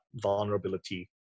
vulnerability